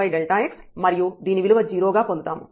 0 0x మరియు దీని విలువ 0 గా పొందుతాము